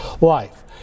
life